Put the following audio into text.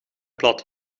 plat